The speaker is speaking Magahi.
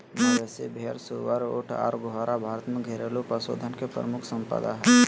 मवेशी, भेड़, सुअर, ऊँट आर घोड़ा भारत में घरेलू पशुधन के प्रमुख संपदा हय